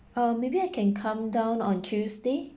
um maybe I can come down on tuesday